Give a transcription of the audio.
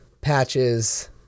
Patches